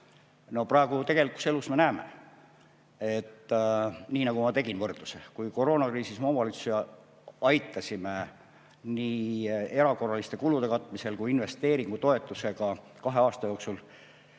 Praegu tegelikus elus me näeme, nii nagu ma tegin võrdluse, et kui koroonakriisis me omavalitsusi aitasime nii erakorraliste kulude katmisel kui ka investeeringutoetusega kahe aasta jooksul